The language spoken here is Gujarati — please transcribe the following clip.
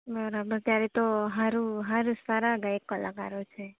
બરાબર ત્યારે તો સારુ સારું સારા ગાયક કલાકારો છે